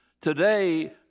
today